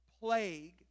Plague